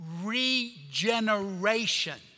Regeneration